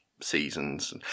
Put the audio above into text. seasons